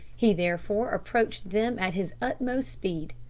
he therefore approached them at his utmost speed.